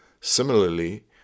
Similarly